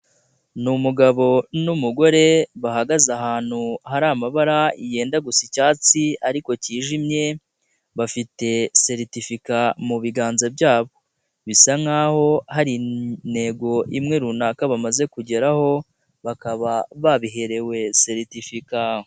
Ni umugabo n'umugore, bahagaze ahantu hari amabara yenda gusa icyatsi ariko cyijimye, bafite seretifika mu biganza byabo bisa nk'aho hari intego imwe runaka bamaze kugeraho, bakaba babiherewe seretifika.